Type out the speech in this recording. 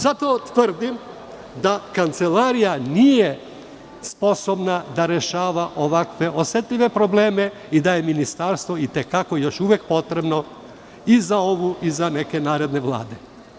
Zato tvrdim da Kancelarija nije sposobna da rešava ovakve osetljive probleme i da je Ministarstvu još uvek potrebno i za ovu neku narednu Vladu.